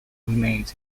remains